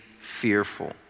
fearful